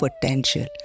potential